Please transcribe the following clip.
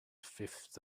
fifth